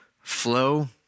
flow